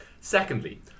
Secondly